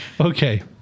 Okay